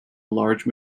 large